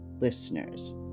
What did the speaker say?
listeners